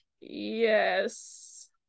Yes